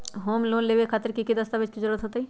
Home loan लेबे खातिर की की दस्तावेज के जरूरत होतई?